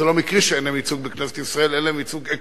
זה לא מקרי שאין להן ייצוג בכנסת ישראל, עקרונית